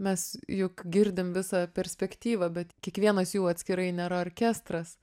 mes juk girdim visą perspektyvą bet kiekvienas jų atskirai nėra orkestras